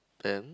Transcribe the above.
and